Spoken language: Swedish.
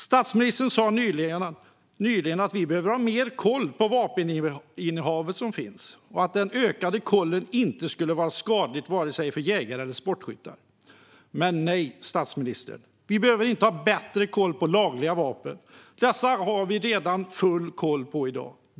Statsministern sa nyligen att vi behöver ha bättre koll på det vapeninnehav som finns och att den ökade kollen inte skulle vara skadlig för vare sig jägare eller sportskyttar. Men nej, statsministern, vi behöver inte ha bättre koll på lagliga vapen. Dessa har vi redan full koll på i dag.